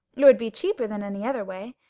it would be cheaper than any other way.